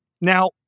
Now